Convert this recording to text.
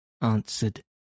answered